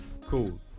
cool